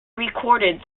recorded